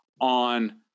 on